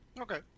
Okay